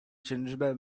gingerbread